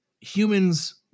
humans